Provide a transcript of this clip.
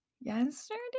yesterday